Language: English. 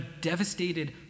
devastated